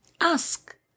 Ask